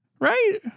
right